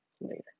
later